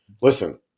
Listen